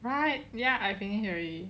right ya I finish already